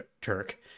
Turk